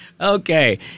okay